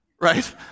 right